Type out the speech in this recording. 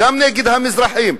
גם נגד המזרחיים,